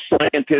scientists